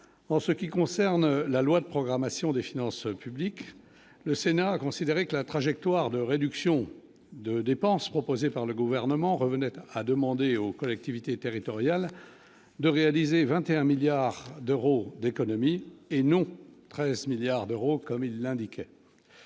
en ce qui concerne la loi de programmation des finances publiques, le Sénat a considéré que la trajectoire de réduction de dépenses proposées par le gouvernement revenait à demander aux collectivités territoriales de réaliser 21 milliards d'euros d'économies, et non 13 milliards d'euros, comme il l'indique.